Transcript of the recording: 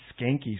skanky